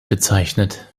bezeichnet